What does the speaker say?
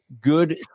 good